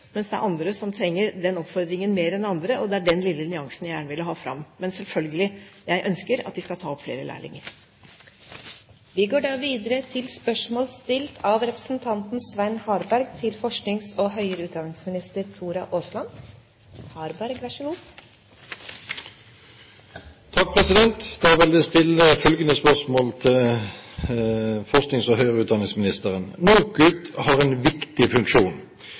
mens det er andre som trenger den oppfordringen mer enn andre, og det er den lille nyansen jeg gjerne ville ha fram. Men selvfølgelig, jeg ønsker at de skal ta opp flere lærlinger. Da vil jeg stille følgende spørsmål til forsknings- og utdanningsministeren: «Nasjonalt organ for kvalitet i utdanningen, NOKUT, har en viktig funksjon. De skal gjennom faglig vurdering og tett oppfølging sikre at utdanningstilbudene holder høy kvalitet. Flere tilbakemeldinger gjør en